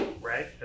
right